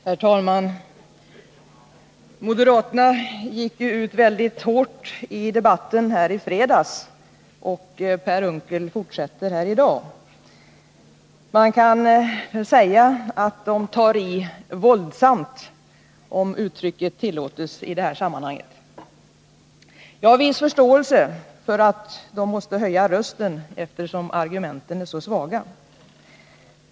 Herr talman! Moderaterna gick ju ut väldigt hårt i debatten här i fredags, och Per Unckel fortsätter här i dag. Man kan säga att de tar i våldsamt, om uttrycket tillåts i detta sammanhang. Jag har en viss förståelse för att de måste höja rösten, eftersom argumenten är så svaga.